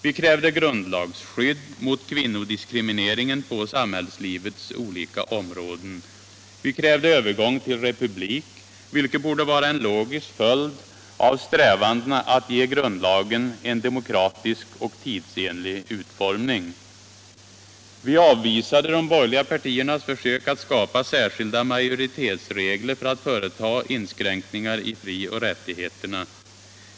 Vi krävde grundlagsskydd mot kvinnodiskrimineringen på samhällslivets olika områden. Vi krävde övergång till republik, vilket borde vara en logisk följd av strävandena att ge grundlagen en demokratisk och tidsenlig utformning. Vi avvisade de borgerliga partiernas försök att skapa särskilda majoritetsregler för att företa inskränkningar i frioch rättigheterna.